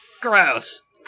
Gross